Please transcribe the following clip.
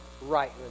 right